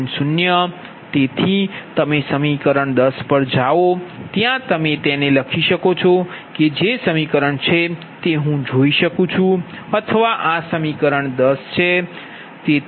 તેથી તમે સમીકરણ 10 પર જાઓ ત્યાં તમે તેને લખી શકો છો કે જે સમીકરણ છે તે હું જોઈ શકું અથવા આ સમીકરણ 10 છે